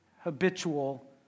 habitual